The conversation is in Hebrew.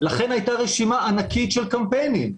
לכן הייתה רשימה ענקית של קמפיינים.